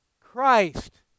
Christ